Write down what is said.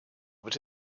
that